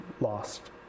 lost